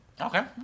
Okay